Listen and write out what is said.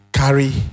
carry